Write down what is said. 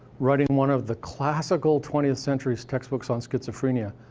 writing one of the classical twentieth century's textbooks on schizophrenia,